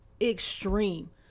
extreme